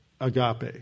agape